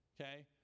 Okay